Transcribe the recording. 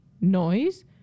noise